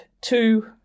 two